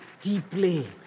deeply